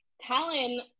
Talon